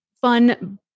fun